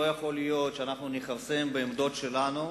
לא יכול להיות שאנחנו נכרסם בעמדות שלנו,